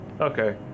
Okay